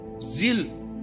zeal